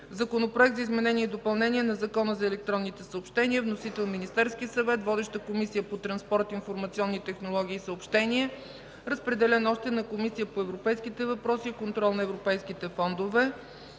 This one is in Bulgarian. Законопроект за изменение и допълнение на Закона за електронните съобщения. Вносител е Министерският съвет. Водеща е Комисията по транспорт, информационни технологии и съобщения. Разпределен е още на Комисията по европейските въпроси и контрол на европейските фондове.